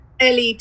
led